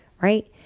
right